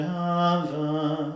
heaven